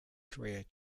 korea